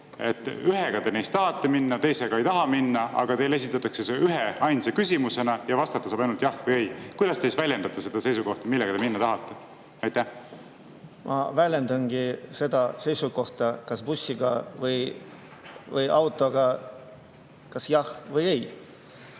Ühega neist tahate minna, teisega ei taha minna, aga teile esitatakse see ühe küsimusena ja vastata saab ainult jah või ei. Kuidas te väljendate oma seisukohta, millega te tahate sinna minna? Ma väljendangi seda seisukohta, kas bussiga või autoga, kas jah või ei.